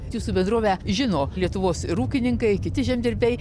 jūsų bendrovę žino lietuvos ir ūkininkai kiti žemdirbiai